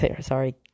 sorry